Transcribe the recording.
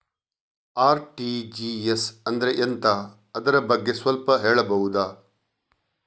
RTGS ಅಂದ್ರೆ ಎಂತ ಅದರ ಬಗ್ಗೆ ಸ್ವಲ್ಪ ಹೇಳಬಹುದ?